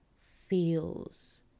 feels